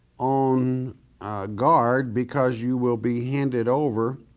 on guard because you will be handed over